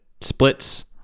splits